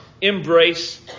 embrace